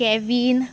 कॅवीन